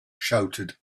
shouted